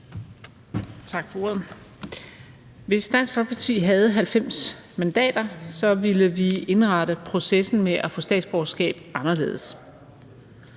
Hvis Dansk Folkeparti havde 90 mandater, ville vi indrette processen med at få statsborgerskab anderledes.